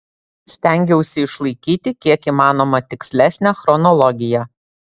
stengiausi išlaikyti kiek įmanoma tikslesnę chronologiją